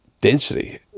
density